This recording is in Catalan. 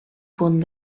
punt